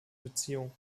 beziehungen